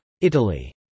Italy